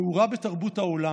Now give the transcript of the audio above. מעורה בתרבות העולם,